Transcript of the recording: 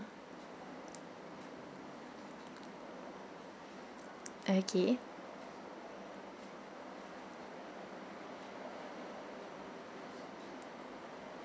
okay